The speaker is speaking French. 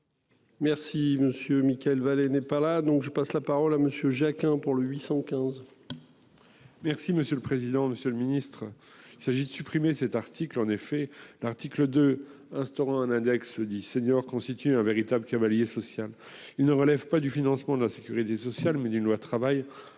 monsieur Mickael valait n'est pas là donc je passe la parole à Monsieur Jacquin pour le 815. Merci monsieur le président, Monsieur le Ministre. Il s'agit de supprimer cet article. En effet, l'article 2 instaurant un index seniors constituent un véritable cavalier social il ne relève pas du financement de la Sécurité sociale, mais d'une loi travail